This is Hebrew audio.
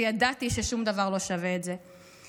וידעתי ששום דבר לא שווה את זה.